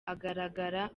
agaragara